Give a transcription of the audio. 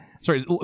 Sorry